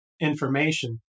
information